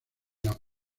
las